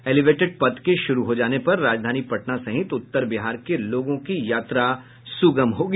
elevated पथ के शुरू हो जाने पर राजधानी पटना सहित उत्तर बिहार के लोगों की यात्रा सुगम होगी